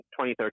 2013